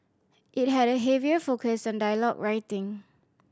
it had a heavier focus on dialogue writing